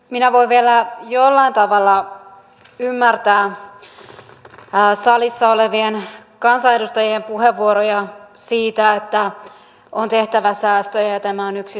minä voin vielä jollain tavalla ymmärtää salissa olevien kansanedustajien puheenvuoroja siitä että on tehtävä säästöjä ja tämä on yksi säästökohde